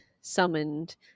summoned